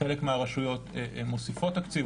חלק מהרשויות מוסיפות תקציב,